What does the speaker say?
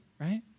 Right